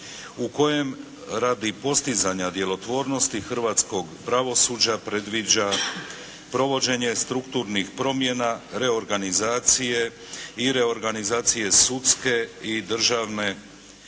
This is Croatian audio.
u kojem radi postizanja djelotvornosti hrvatskog pravosuđa predviđa provođenje strukturnih promjena, reorganizacije i reorganizacije sudske i